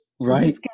right